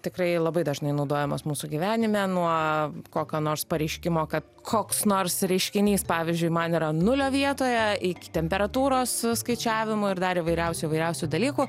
tikrai labai dažnai naudojamas mūsų gyvenime nuo kokio nors pareiškimo kad koks nors reiškinys pavyzdžiui man yra nulio vietoje iki temperatūros skaičiavimo ir dar įvairiausių įvairiausių dalykų